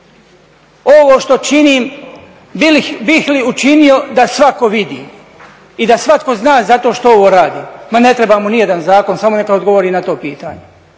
ovo što činim bih li učinio da svako vidi i da svatko zna zato što ovo radim, ma ne treba mu nijedan zakon samo neka odgovori na to pitanje.